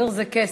ביר זה כסף.